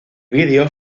vídeo